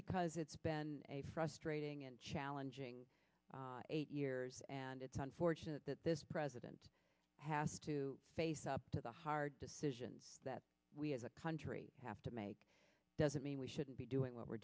because it's been a frustrating and challenging eight years and it's unfortunate that this president has to face up to the hard decisions that we as a country have to make doesn't mean we shouldn't be doing what we're